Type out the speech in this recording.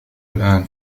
الآن